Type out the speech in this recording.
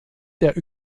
der